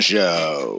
Show